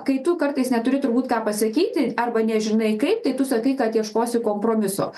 kai tu kartais neturi turbūt ką pasakyti arba nežinai kaip tai tu sakai kad ieškosi kompromiso